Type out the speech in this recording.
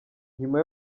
nyuma